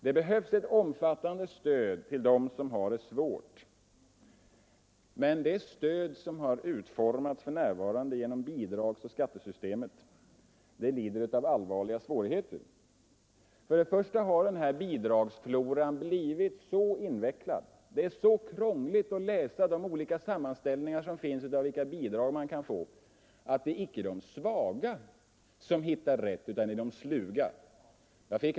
Det behövs ett omfattande stöd till dem som har det svårt, men det stöd som har utformats genom bidragsoch skattesystemet lider av allvarliga svagheter. För det första har bidragsfloran blivit så invecklad — det är så krångligt att läsa de sammanställningar som finns över bidrag som man kan få — att det icke är de svaga som hittar rätt, utan det är de sluga.